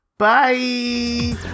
Bye